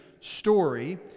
story